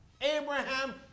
Abraham